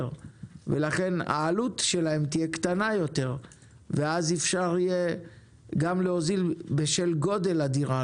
ולכן העלות שלהם תהיה קטנה יותר ואז אי אפשר יהיה להוזיל בשל גודל הדירה,